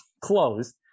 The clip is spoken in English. closed